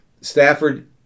Stafford